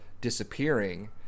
disappearing